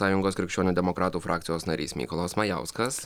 sąjungos krikščionių demokratų frakcijos narys mykolas majauskas